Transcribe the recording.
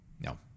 No